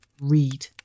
Read